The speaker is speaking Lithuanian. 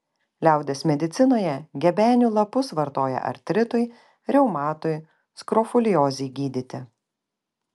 liaudies medicinoje gebenių lapus vartoja artritui reumatui skrofuliozei gydyti